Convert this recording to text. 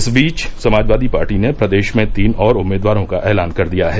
इस बीच समाजवादी पार्टी ने प्रदेश में तीन और उम्मीदवारों का एलान कर दिया है